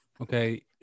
Okay